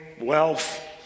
wealth